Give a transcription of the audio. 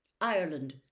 Ireland